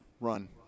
run